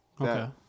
Okay